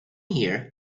here